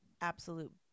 absolute